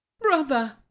Brother